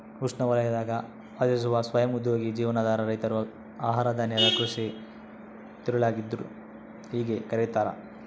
ಉಷ್ಣವಲಯದಾಗ ವಾಸಿಸುವ ಸ್ವಯಂ ಉದ್ಯೋಗಿ ಜೀವನಾಧಾರ ರೈತರು ಆಹಾರಧಾನ್ಯದ ಕೃಷಿಯ ತಿರುಳಾಗಿದ್ರ ಹೇಗೆ ಕರೆಯುತ್ತಾರೆ